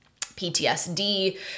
PTSD